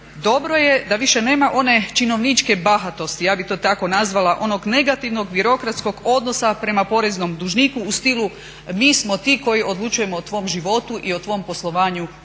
dobro da više nema one činovničke bahatosti, ja bi to tako nazvala, onog negativnog birokratskog odnosa prema poreznom dužniku u stilu mi smo ti koji odlučujemo o tvom životu i o tvom poslovanju u